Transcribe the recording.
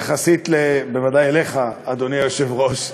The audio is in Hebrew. בוודאי יחסית אליך, אדוני היושב-ראש,